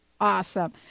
Awesome